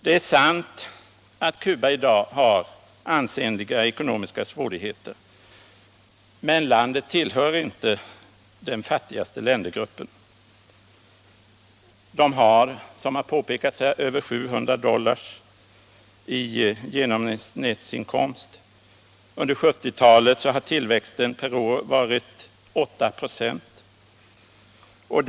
Det är sant att Cuba i dag har ansenliga ekonomiska svårigheter, men landet tillhör inte den fattigaste ländergruppen. Cuba har, som redan påpekats här, en genomsnittsinkomst på över 700 dollar per invånare. Under 1970 talet har tillväxten i Cubas ekonomi per år varit 8 96.